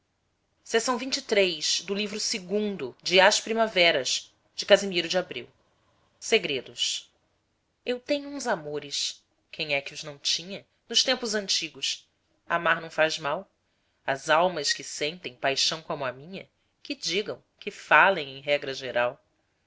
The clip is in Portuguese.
dalma sobram perfumes e o livro e e e e e u tenho uns amores quem é que os não tinha nos tempos antigos amar não faz mal as almas que sentem paixão como a minha que digam que falem em regra geral